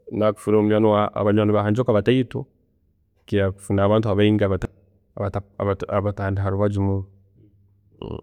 naakufunile abanyweaani bahanjoka bateito okukila kufuna abantu baingi abatandi harubaju muno